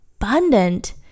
Abundant